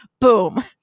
Boom